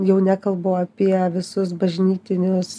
jau nekalbu apie visus bažnytinius